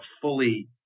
fully